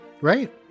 Right